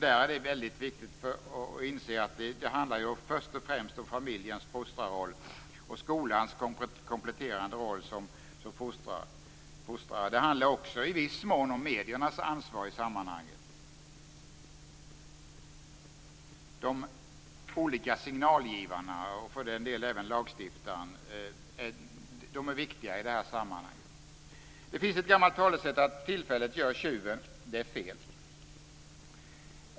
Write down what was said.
Där är det väldigt viktigt att inse att det först och främst handlar om familjens fostrarroll och om skolans kompletterande roll som fostrare. Det handlar också i viss mån om mediernas ansvar i sammanhanget. De olika signalgivarna, och för den delen även lagstiftaren, är viktiga i det här sammanhanget. Det finns ett gammalt talesätt som säger att tillfället gör tjuven. Det är fel.